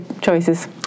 choices